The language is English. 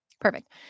Perfect